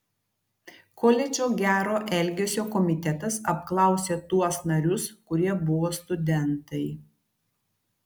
koledžo gero elgesio komitetas apklausė tuos narius kurie buvo studentai